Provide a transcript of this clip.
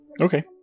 Okay